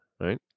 right